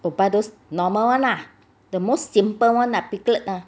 buy those normal [one] lah the most simple [one] ah people ah